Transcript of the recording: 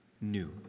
new